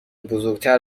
بزرگتر